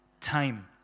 time